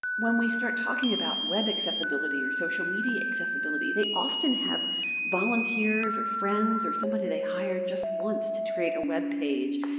when we start talking about web accessibility or social media accessibility, they often have volunteers, or friends, or somebody they hire just once to create a web page.